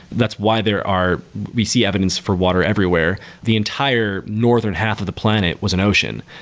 that's why there are we see evidence for water everywhere. the entire northern half of the planet was an ocean.